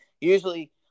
usually